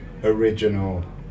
original